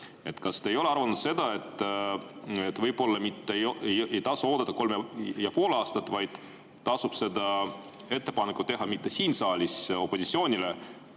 Kas te ei arva, et võib-olla ei tasu oodata kolm ja pool aastat, vaid tasub see ettepanek teha mitte siin saalis opositsioonile,